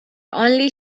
only